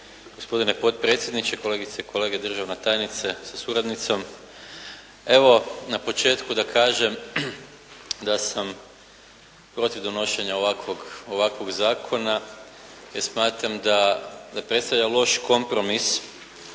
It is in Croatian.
Gospodine potpredsjedniče, kolegice i kolege, državna tajnice sa suradnicom. Evo na početku da kažem da sam protiv donošenja ovakvog zakona, jer smatram da predstavlja loš kompromis